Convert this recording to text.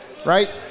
Right